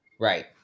Right